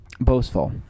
boastful